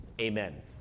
Amen